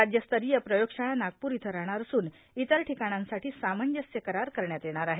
राज्यस्तरीय प्रयोगशाळा नागपूर इथं राहणार असून इतर ठिकाणांसाठी सामंजस्य करार करण्यात येणार आहे